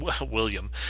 William